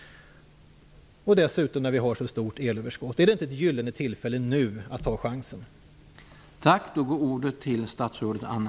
Dessutom har vi ett stort elöverskott. Är det inte ett gyllene tillfälle, att ta chansen nu?